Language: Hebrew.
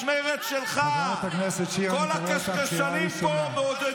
חברת הכנסת שיר, אני קורא אותך קריאה ראשונה.